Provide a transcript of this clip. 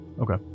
Okay